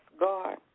God